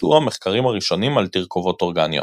התבצעו המחקרים הראשונים על תרכובות אורגניות.